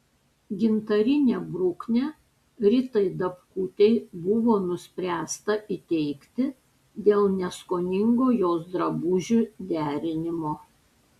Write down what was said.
gintarinę bruknę ritai dapkutei buvo nuspręsta įteikti dėl neskoningo jos drabužių derinimo